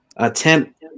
attempt